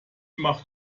macht